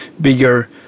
bigger